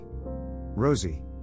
Rosie